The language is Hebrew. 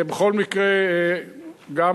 בכל מקרה, גם